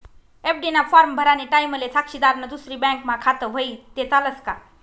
FD ना form भरानी टाईमले साक्षीदारनं दुसरी बँकमा खातं व्हयी ते चालस का